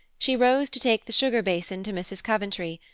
she rose to take the sugar basin to mrs. coventry,